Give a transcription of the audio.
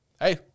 hey